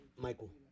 Michael